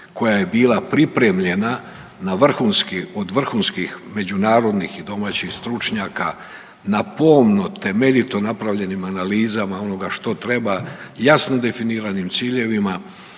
koja je bila pripremljena od vrhunskih međunarodnih i domaćih stručnjaka na pomno temeljito napravljenim analizama onoga što treba i jasno definiranim ciljevima